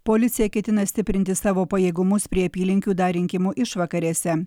policija ketina stiprinti savo pajėgumus prie apylinkių dar rinkimų išvakarėse